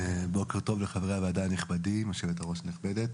בוקר טוב לחברי הוועדה הנכבדים, יושבת-ראש הנכבדת,